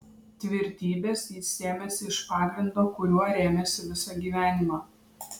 tvirtybės jis sėmėsi iš pagrindo kuriuo rėmėsi visą gyvenimą